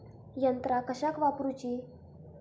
यंत्रा कशाक वापुरूची?